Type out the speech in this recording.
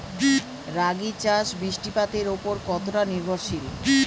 রাগী চাষ বৃষ্টিপাতের ওপর কতটা নির্ভরশীল?